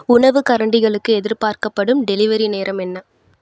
உணவுக் கரண்டிகளுக்கு எதிர்பார்க்கப்படும் டெலிவரி நேரம் என்ன